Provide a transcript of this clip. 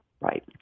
Right